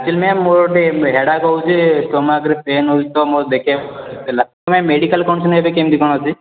actually ma'am ମୋର ଟିକେ headache ହେଉଛି ଷ୍ଟୋମାକ୍ରେ ପେନ୍ ହେଉଛି ତ ମୋ ଦେଖାଇବା ଟିକେ ହେଲା ତ ମେଡ଼ିକାଲରେ କଣ୍ଡିସନ୍ ଏବେ କେମିତି କ'ଣ ଅଛି